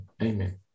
Amen